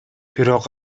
бирок